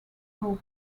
howe